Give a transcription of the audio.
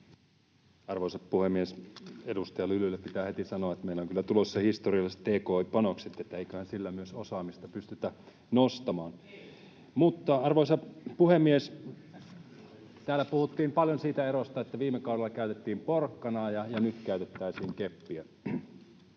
Arvoisa puhemies! Edustaja Lylylle pitää heti sanoa, että meillä on kyllä tulossa historialliset tki-panokset, että eiköhän sillä myös osaamista pystytä nostamaan. [Vasemmalta: Ei! — Naurua] Arvoisa puhemies! Täällä puhuttiin paljon siitä erosta, että viime kaudella käytettiin porkkanaa ja nyt käytettäisiin keppiä.